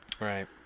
Right